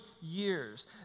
years